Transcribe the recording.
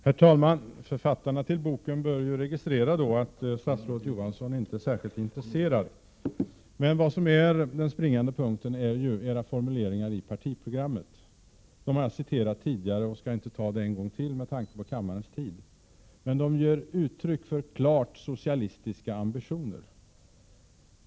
Herr talman! Författarna till boken bör då registrera att statsrådet Johansson inte är särskilt intresserad. Men den springande punkten är ju era formuleringar i partiprogrammet. Dem har jag citerat tidigare, så jag skall inte ta upp dem en gång till, med tanke på kammarens tid. De formuleringarna ger uttryck för klart socialistiska ambitioner.